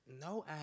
no